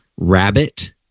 Rabbit